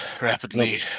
Rapidly